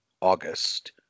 August